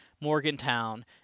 Morgantown